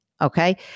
Okay